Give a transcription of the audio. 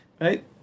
right